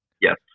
yes